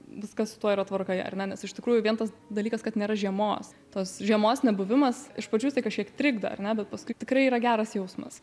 viskas su tuo yra tvarkoje ar ne nes iš tikrųjų vien tas dalykas kad nėra žiemos tos žiemos nebuvimas iš pradžių jisai kažkiek trikdo ar ne bet paskui tikrai yra geras jausmas